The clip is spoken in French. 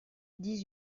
dix